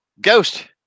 ghost